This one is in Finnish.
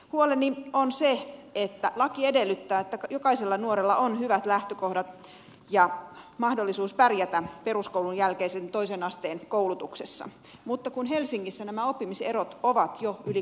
huoleni on se että laki edellyttää että jokaisella nuorella on hyvät lähtökohdat ja mahdollisuus pärjätä peruskoulun jälkeisessä toisen asteen koulutuksessa mutta helsingissä nämä oppimiserot ovat jo yli kaksi vuotta